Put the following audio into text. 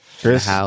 Chris